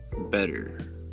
better